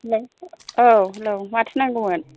हेल' औ हेलौ माथो नांगौमोन